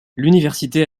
l’université